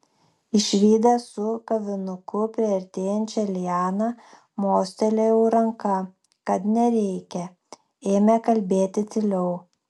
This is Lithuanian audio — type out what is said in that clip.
išvydęs su kavinuku priartėjančią lianą mostelėjo ranka kad nereikia ėmė kalbėti tyliau